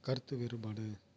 கருத்து வேறுபாடு